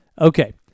Okay